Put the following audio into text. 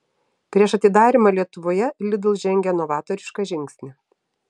prieš atidarymą lietuvoje lidl žengė novatorišką žingsnį